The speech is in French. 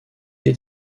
est